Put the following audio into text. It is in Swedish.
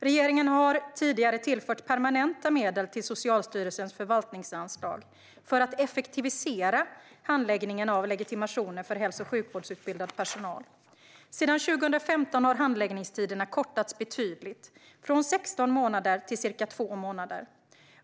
Regeringen har tidigare tillfört permanenta medel till Socialstyrelsens förvaltningsanslag för att effektivisera handläggningen av legitimationer för hälso och sjukvårdsutbildad personal. Sedan 2015 har handläggningstiderna kortats betydligt, från 16 månader till ca 2 månader.